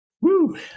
Woo